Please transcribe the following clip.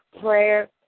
prayer